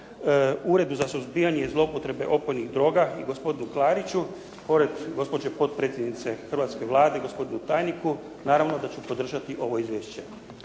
Uredu za suzbijanje zloupotrebe opojnih droga, gospodinu Klariću, pored gospođe potpredsjednice hrvatske Vlade, gospodinu tajniku. Naravno da ću podržati ovo izvješće.